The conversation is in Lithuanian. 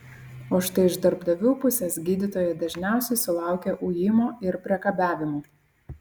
o štai iš darbdavių pusės gydytojai dažniausiai sulaukia ujimo ir priekabiavimo